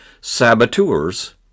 saboteurs